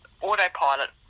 autopilot